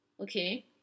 Okay